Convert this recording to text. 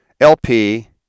LP